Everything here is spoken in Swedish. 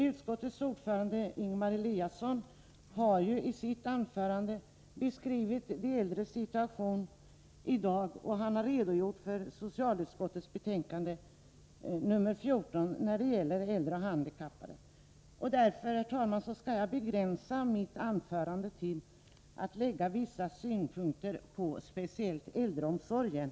Utskottets ordförande Ingemar Eliasson har i sitt anförande beskrivit de äldres situation i dag. Han har redogjort för socialutskottets betänkande 14 om omsorg om äldre och handikappade. Därför, herr talman, skall jag begränsa mig till att i mitt anförande anlägga vissa synpunkter på speciellt äldreomsorgen.